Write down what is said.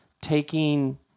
taking